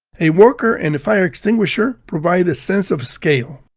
a worker and a fire extinguisher provide a sense of scale.